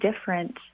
different